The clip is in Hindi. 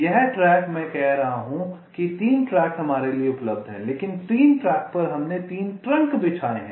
यहाँ ट्रैक मैं कह रहा हूँ कि 3 ट्रैक हमारे लिए उपलब्ध हैं लेकिन 3 ट्रैक पर हमने 3 ट्रंक बिछाए हैं